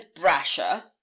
Brasher